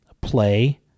play